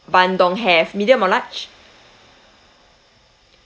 bandung have medium or large